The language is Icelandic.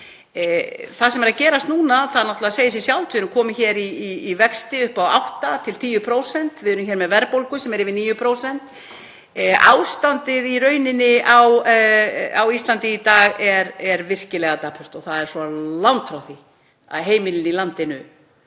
Það sem er að gerast núna, það náttúrlega segir sig sjálft, við erum komin hér í vexti upp á 8–10%. Við erum með verðbólgu sem er yfir 9%. Ástandið í rauninni á Íslandi í dag er virkilega dapurt og það er svo langt frá því að heimilin í landinu